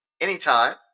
anytime